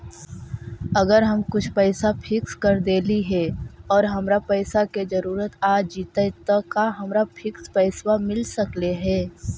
अगर हम कुछ पैसा फिक्स कर देली हे और हमरा पैसा के जरुरत आ जितै त का हमरा फिक्स पैसबा मिल सकले हे?